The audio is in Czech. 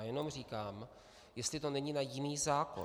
Jenom říkám, jestli to není na jiný zákon.